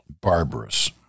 barbarous